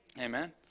amen